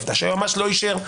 או לא אישר.